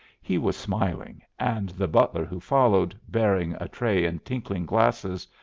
he was smiling, and the butler who followed, bearing a tray and tinkling glasses,